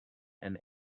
and